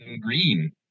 green